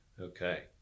Okay